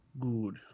Good